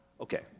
okay